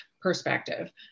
perspective